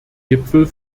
gipfel